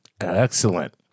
Excellent